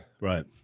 Right